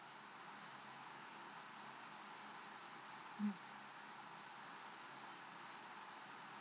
mm